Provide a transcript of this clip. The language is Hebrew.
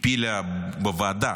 הפילה בוועדה